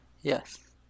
Yes